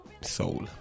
Soul